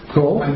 Cool